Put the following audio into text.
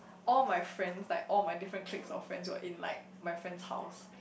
all my friends like all my different cliques of friends were in like my friend's house